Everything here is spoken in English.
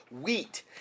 wheat